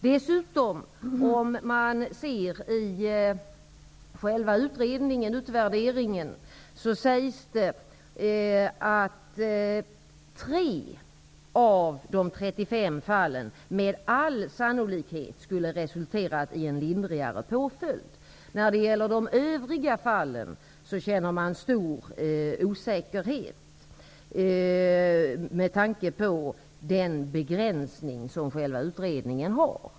I själva utredningen sägs det dessutom att 3 av de 35 fallen med all sannolikhet skulle ha resulterat i en lindrigare påföljd. När det gäller de övriga fallen känner man stor osäkerhet med tanke på den begränsning som själva utredningen har.